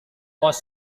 pos